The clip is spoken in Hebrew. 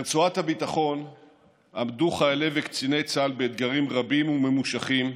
ברצועת הביטחון עמדו חיילי וקציני צה"ל באתגרים רבים וממושכים,